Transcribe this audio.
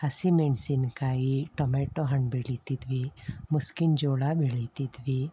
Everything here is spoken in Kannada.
ಹಸಿ ಮೆಣಸಿನಕಾಯಿ ಟೊಮೆಟೋ ಹಣ್ಣು ಬೆಳೀತಿದ್ವಿ ಮುಸ್ಕಿನ ಜೋಳ ಬೆಳೀತಿದ್ವಿ